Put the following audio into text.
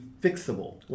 fixable